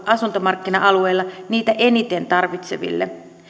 asuntomarkkina alueilla niitä eniten tarvitseville